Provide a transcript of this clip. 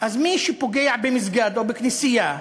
אז מי שפוגע במסגד או בכנסייה,